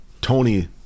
Tony